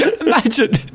Imagine